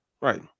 Right